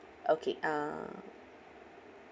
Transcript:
okay uh